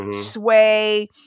Sway